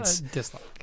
dislike